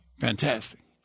fantastic